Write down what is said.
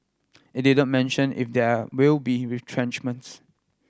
it didn't mention if there will be retrenchments